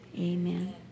Amen